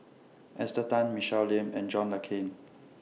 Esther Tan Michelle Lim and John Le Cain